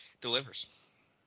delivers